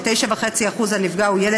ו-9.5% מהנפגעים הם ילד,